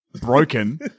Broken